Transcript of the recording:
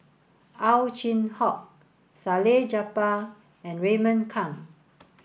Ow Chin Hock Salleh Japar and Raymond Kang